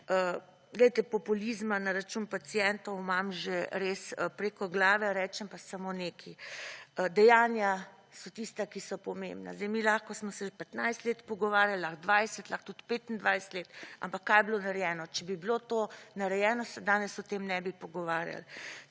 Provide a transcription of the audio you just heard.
populizma na račun pacientov imam že, res, preko glave, rečem pa samo nekaj – dejanja so tista, ki so pomembna. Zdaj mi lahko, smo se že 15 let pogovarjal, lahko 20, lahko tudi 25 let, ampak kaj je bilo narejeno? Če bi bilo to narejeno, se danes o tem ne bi pogovarjal.